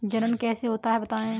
जनन कैसे होता है बताएँ?